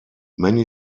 many